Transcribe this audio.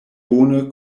bone